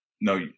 No